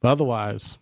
Otherwise